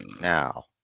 now